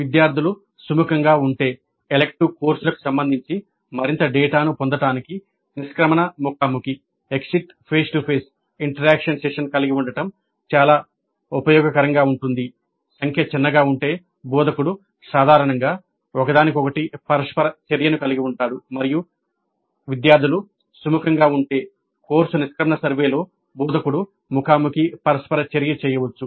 విద్యార్థులు సుముఖంగా ఉంటే ఎలిక్టివ్ కోర్సులకు సంబంధించి మరింత డేటాను పొందడానికి నిష్క్రమణ ముఖాముఖి పరస్పర చర్య చేయవచ్చు